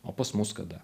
o pas mus kada